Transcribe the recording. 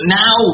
now